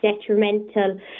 detrimental